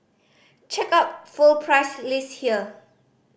check out full price list here